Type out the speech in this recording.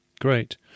Great